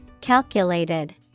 Calculated